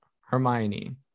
Hermione